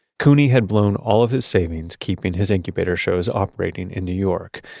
couney had blown all of his savings keeping his incubator shows operating in new york.